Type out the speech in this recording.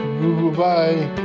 goodbye